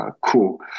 cool